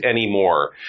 anymore